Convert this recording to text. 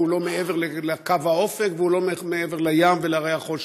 הוא לא מעבר לקו האופק ולא מעבר לים והרי החושך.